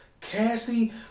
Cassie